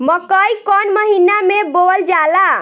मकई कौन महीना मे बोअल जाला?